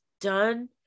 done